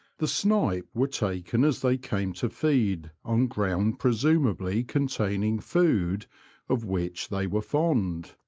the snipe were taken as they came to feed on ground presumably contain ing food of which they were fond.